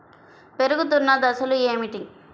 పెరుగుతున్న దశలు ఏమిటి?